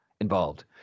involved